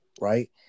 right